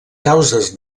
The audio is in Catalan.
causes